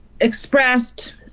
expressed